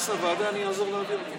כשתתכנס הוועדה אני אעזור להעביר אותו.